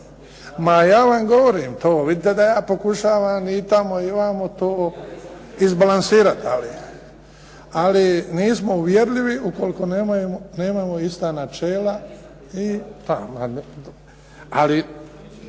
Ma ja vam govorim to, vidite da ja pokušavam i vamo i tako to izbalansirati. Ali nismo uvjerljivi ukoliko nemamo ista načela. Ali